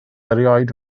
erioed